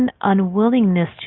unwillingness